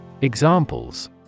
Examples